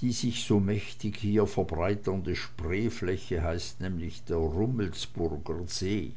die sich so mächtig hier verbreiternde spreefläche heißt nämlich der rummelsburger see